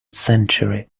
century